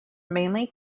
mainly